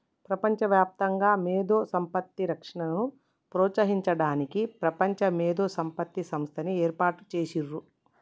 ప్రపంచవ్యాప్తంగా మేధో సంపత్తి రక్షణను ప్రోత్సహించడానికి ప్రపంచ మేధో సంపత్తి సంస్థని ఏర్పాటు చేసిర్రు